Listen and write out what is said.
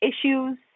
issues